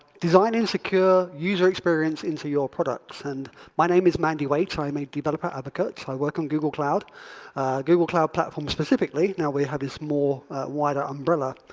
design and secure user experience into your products. and my name is mandy waite, i am a developer advocate. so i work on google cloud google cloud platform specifically now we have this more wider umbrella.